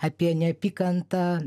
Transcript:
apie neapykantą